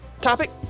topic